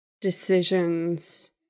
decisions